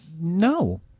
No